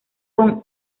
con